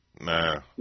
Nah